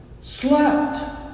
slept